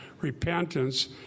repentance